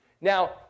Now